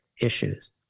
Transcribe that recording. issues